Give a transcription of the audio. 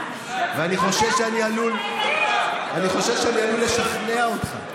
ואני חושש שאני עלול לשכנע אותך.